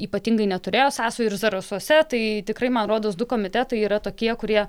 ypatingai neturėjo sąsajų ir zarasuose tai tikrai man rodos du komitetai yra tokie kurie